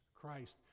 Christ